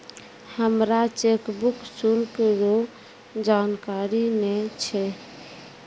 हमरा चेकबुक शुल्क रो जानकारी नै छै